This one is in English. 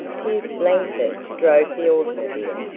pierce langford drove the automobile,